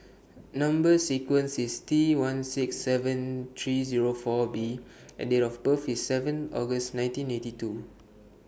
Number sequence IS T one six seven three Zero four B and Date of birth IS seven August nineteen eighty two